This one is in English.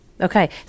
okay